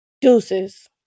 Deuces